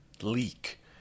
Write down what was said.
leak